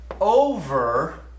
over